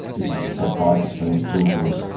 is this a psychiatrist coming to talk to us,